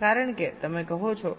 કારણ કે તમે કહો છો